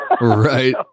Right